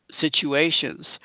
situations